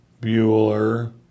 Bueller